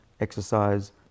exercise